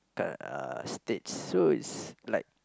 k~ uh states so it's like